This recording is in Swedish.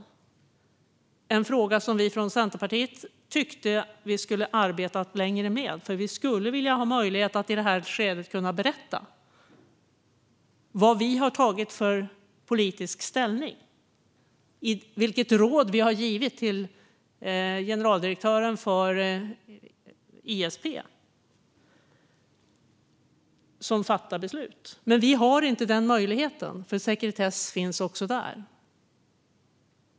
Det är en fråga som Centerpartiet tyckte att vi skulle ha arbetat längre med, eftersom vi skulle vilja ha möjlighet att i det här skedet berätta vilken politisk ställning vi har tagit och vilket råd vi har gett generaldirektören för ISP, som fattar beslut. Men vi har inte den möjligheten, eftersom sekretess råder också där.